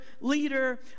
leader